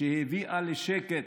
שהביאה לשקט,